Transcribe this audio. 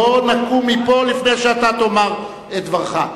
לא נקום מפה לפני שאתה תאמר את דבריך.